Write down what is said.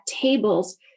tables